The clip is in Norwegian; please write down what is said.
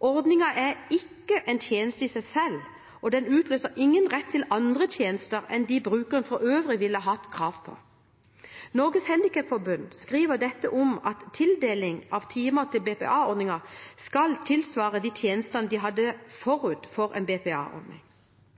Ordningen er ikke en tjeneste i seg selv, og den utløser ingen rett til andre tjenester enn dem brukeren for øvrig ville hatt krav på. Norges Handikapforbund skriver dette om at tildeling av timer til BPA-ordningen skal tilsvare de tjenestene man hadde forut for en